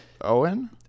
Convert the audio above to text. Owen